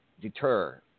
deter